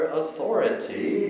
authority